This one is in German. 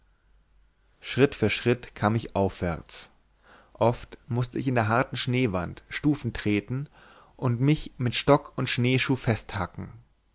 schritt für schritt kam ich aufwärts oft mußte ich in der harten schneewand stufen treten und mich mit stock und schneeschuh festhacken